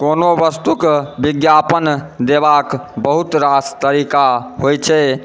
कोनो वस्तुके विज्ञापन देबाके बहुत रास तरीका होइ छै